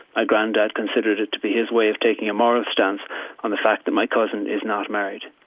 ah granddad considered it to be his way of taking a moral stance on the fact that my cousin is not married.